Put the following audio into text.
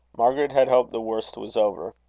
margaret had hoped the worst was over.